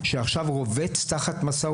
שעכשיו רובץ תחת משא,